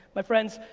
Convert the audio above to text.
my friends,